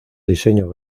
diseño